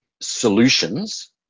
solutions